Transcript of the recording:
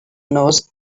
knows